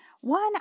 One